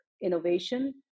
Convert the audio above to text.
innovation